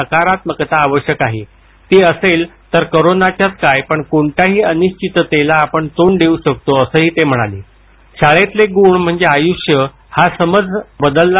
सकारात्मकता आवश्यक आहे मनाच्या आरोग्यासाठी तर करोनाच्याच काय पण कोणत्याही अनिश्चिततेला आपण तोंड देऊ शकतो असंही ते म्हणालेशाळेतले गुण म्हणजे आयुष्य हा समज बदलला